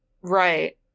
right